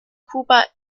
kuba